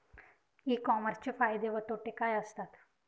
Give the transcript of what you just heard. E कॉमर्सचे फायदे व तोटे काय असतात?